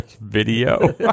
video